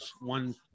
one